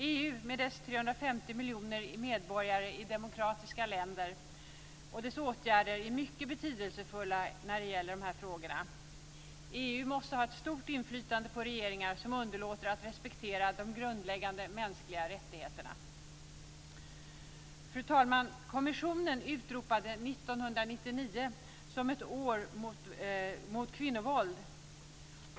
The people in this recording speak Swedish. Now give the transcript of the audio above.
EU har 350 miljoner medborgare i demokratiska länder, och unionens åtgärder är mycket betydelsefulla i de här frågorna. EU kan ha ett stort inflytande på regeringar som underlåter att respektera de grundläggande mänskliga rättigheterna. Fru talman! Kommissionen utropade året 1999 till ett år mot kvinnovåld.